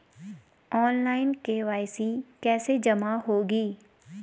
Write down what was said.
Online KYC कैसे जमा होगी?